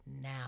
now